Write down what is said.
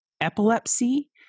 epilepsy